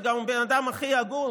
וגם אם הוא בן אדם הכי הגון,